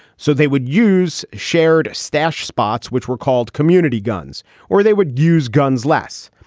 so they would use shared stash spots which were called community guns or they would use guns less.